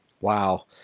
Wow